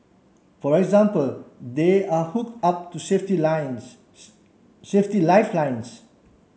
for example they are hook up to safety lines safety lifelines